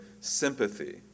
sympathy